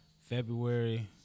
February